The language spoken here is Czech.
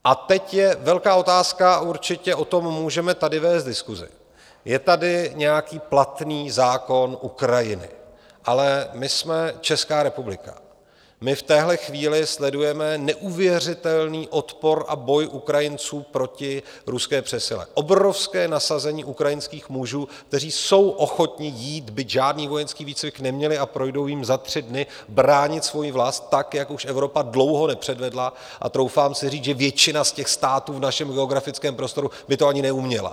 A teď je velká otázka, určitě o tom můžeme tady vést diskusi, je tady nějaký platný zákon Ukrajiny, ale my jsme Česká republika, my v téhle chvíli sledujeme neuvěřitelný odpor a boj Ukrajinců proti ruské přesile, obrovské nasazení ukrajinských mužů, kteří jsou ochotni jít, byť žádný vojenský výcvik neměli, a projdou jím za tři dny, bránit svoji vlast tak, jak už Evropa dlouho nepředvedla, a troufám si říct, že většina z těch států v našem geografickém prostoru by to ani neuměla.